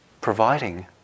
providing